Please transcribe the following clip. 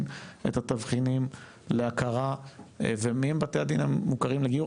את התבחינים להכרה ומי הם בתי הדין המוכרים לגיור.